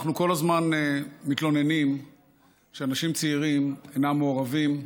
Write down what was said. אנחנו כל הזמן מתלוננים שאנשים צעירים אינם מעורבים,